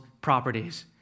properties